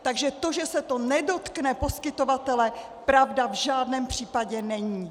Takže to, že se to nedotkne poskytovatele, pravda v žádném případě není.